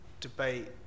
debate